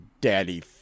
Daddy